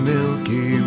Milky